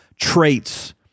traits